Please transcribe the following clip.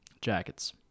jackets